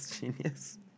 genius